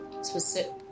specific